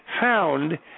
found